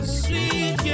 sweet